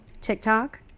TikTok